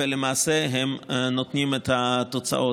ולמעשה הן נותנות את התוצאות.